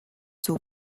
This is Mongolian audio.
зөв